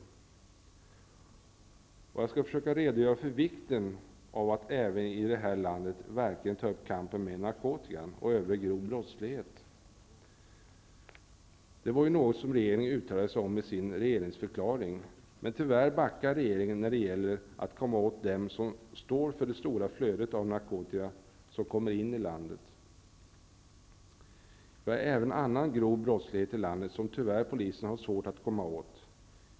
Jag skall försöka redogöra för vikten av att även i det här landet verkligen ta upp kampen mot narkotikan och övrig grov brottslighet. Regeringen uttalade sig om detta i regeringsförklaringen, men tyvärr backade regeringen när det gäller att komma åt dem som står för det stora flödet av narkotika in i landet. Vi har även annan grov brottslighet i landet som polisen tyvärr har svårt att komma åt.